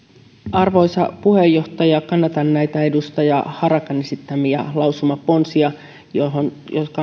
arvoisa puheenjohtaja kannatan näitä edustaja harakan esittämiä lausumaponsia jotka ovat